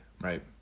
right